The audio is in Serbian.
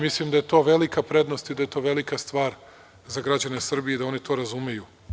Mislim da je to velika prednost i da je to velika stvar za građane Srbije i da oni to razumeju.